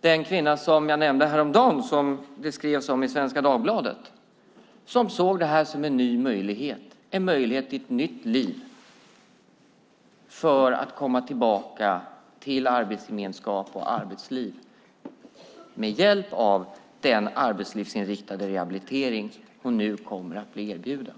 den kvinna som jag nämnde som det skrevs om häromdagen i Svenska Dagbladet. Hon såg det här som en möjlighet till ett nytt liv för att komma tillbaka till arbetsgemenskap och arbetsliv. Det ska ske med hjälp av den arbetslivsinriktade rehabilitering hon nu kommer att bli erbjuden.